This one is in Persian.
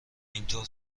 اینطور